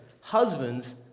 Husbands